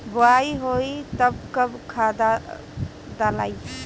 बोआई होई तब कब खादार डालाई?